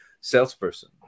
salesperson